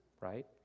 right